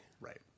Right